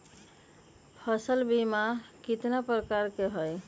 फसल बीमा कतना प्रकार के हई?